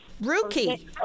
rookie